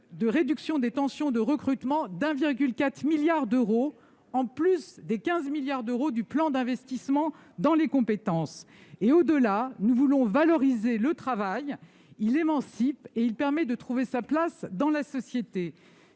de réduction des tensions de recrutement de 1,4 milliard d'euros, en plus des 15 milliards d'euros du plan d'investissement dans les compétences. Au-delà, nous voulons valoriser le travail. Il émancipe et il permet de trouver sa place dans la société.